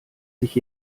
sich